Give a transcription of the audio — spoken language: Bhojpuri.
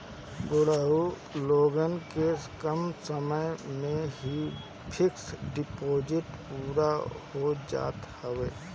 बुढ़ऊ लोगन के कम समय में ही फिक्स डिपाजिट पूरा हो जात हवे